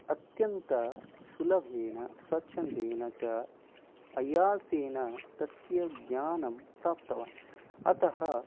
अत्यन्तं सुलभेन स्वच्छन्देन च अयासेन तस्य ज्ञानं प्राप्तवान् अतः